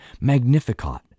Magnificat